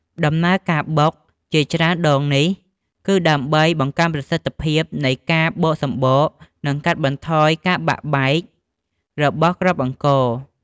ដំណើរការបុក ជាច្រើនដងនេះ គឺដើម្បីបង្កើនប្រសិទ្ធភាពនៃការបកសម្បក និងកាត់បន្ថយការបាក់បែករបស់គ្រាប់អង្ករ។